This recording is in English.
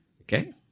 Okay